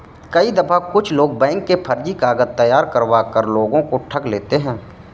कई दफा कुछ लोग बैंक के फर्जी कागज तैयार करवा कर लोगों को ठग लेते हैं